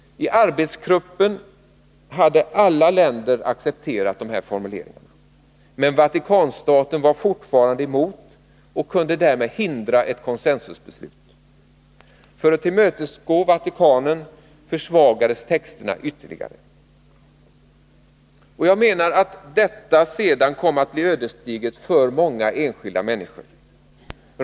I arbetsgruppen hade alla länder accepterat dessa formuleringar. Men Vatikanstaten var fortfarande emot och kunde därmed hindra ett consensusbeslut. För att tillmötesgå Vatikanen försvagades texterna ytterligare. Jag anser att detta sedan kom att bli ödesdigert för många enskilda människor.